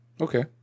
okay